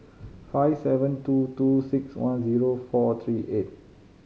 five seven two two six one zero four three eight